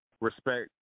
respect